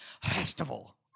Festival